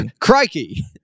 Crikey